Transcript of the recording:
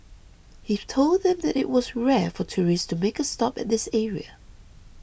he told them that it was rare for tourists to make a stop at this area